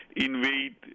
invade